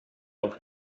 auch